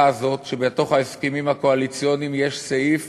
הזאת שבתוך ההסכמים הקואליציוניים יש סעיף